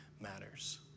matters